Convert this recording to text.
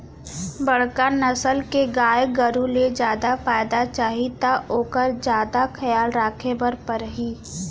बड़का नसल के गाय गरू ले जादा फायदा चाही त ओकर जादा खयाल राखे बर परही